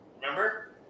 Remember